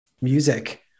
music